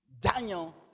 Daniel